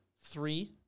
three